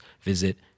visit